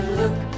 look